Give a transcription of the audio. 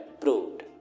proved